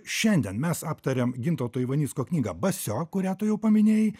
šiandien mes aptariam gintauto ivanicko knygą basio kurią tu jau paminėjai